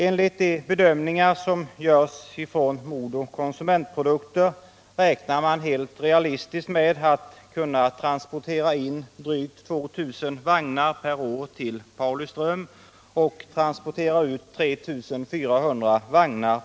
Enligt de bedömningar som görs från MoDo Konsumentprodukter AB räknar man helt realistiskt med att kunna transportera in drygt 2 000 vagnar per år till Pauliström och transportera ut 3 400 vagnar.